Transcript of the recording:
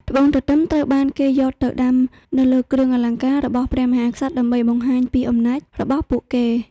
ត្បូងទទឹមត្រូវបានគេយកទៅដាំនៅលើគ្រឿងអលង្ការរបស់ព្រះមហាក្សត្រដើម្បីបង្ហាញពីអំណាចរបស់ពួកគេ។